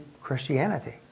Christianity